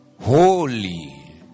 Holy